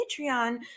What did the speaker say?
Patreon